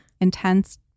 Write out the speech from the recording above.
intense